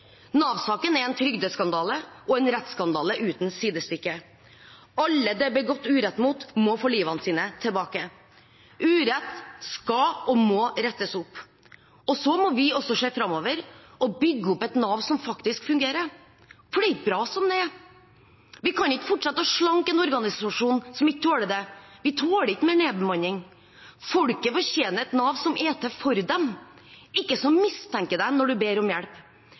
er en trygdeskandale og rettsskandale uten sidestykke. Alle det er begått urett mot, må få livet sitt tilbake. Urett skal og må rettes opp. Så må vi også se framover og bygge opp et Nav som faktisk fungerer. For det er ikke bra som det er. Vi kan ikke fortsette å slanke en organisasjon som ikke tåler det. Vi tåler ikke mer nedbemanning. Folket fortjener et Nav som er til for dem, ikke som mistenker dem når de ber om hjelp.